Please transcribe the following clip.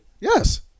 Yes